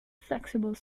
flexible